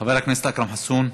חבר הכנסת אכרם חסון,